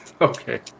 Okay